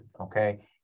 Okay